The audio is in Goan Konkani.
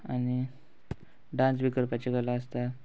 आनी डांस बी करपाची गला आसता